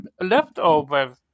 leftovers